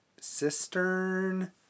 Cistern